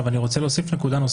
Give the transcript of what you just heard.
אני רוצה להוסיף עוד נקודה.